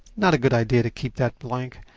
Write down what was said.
not a good idea to keep that blank.